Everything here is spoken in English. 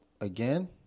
again